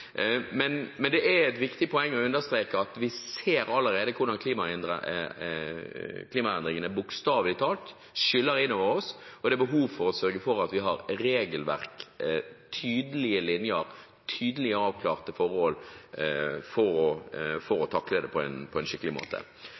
Men det er et viktig poeng å understreke at vi ser allerede hvordan klimaendringene bokstavelig talt skyller inn over oss, og det er behov for å sørge for at vi har regelverk, tydelige linjer, tydelig avklarte forhold for å takle det på en skikkelig måte.